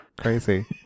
Crazy